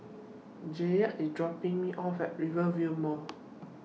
Jayde IS dropping Me off At Rivervale Mall